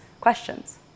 questions